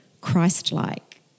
Christ-like